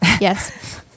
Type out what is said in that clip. yes